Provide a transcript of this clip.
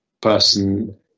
person